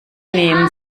nehmen